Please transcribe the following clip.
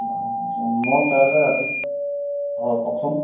মই কাইলে ৰাতিপুৱা হয় কওকচোন